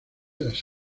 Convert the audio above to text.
las